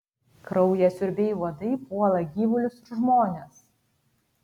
kraujasiurbiai uodai puola gyvulius ir žmones